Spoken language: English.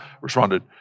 responded